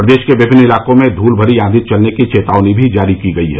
प्रदेश के विभिन्न इलाकों में धूल भरी आंधी चलने की चेतावनी भी जारी की गई है